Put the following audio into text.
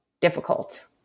difficult